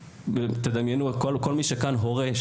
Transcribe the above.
כל מי שכאן הורה,